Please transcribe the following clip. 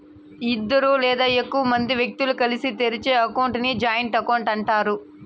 ఇద్దరు లేదా ఎక్కువ మంది వ్యక్తులు కలిసి తెరిచే అకౌంట్ ని జాయింట్ అకౌంట్ అంటారు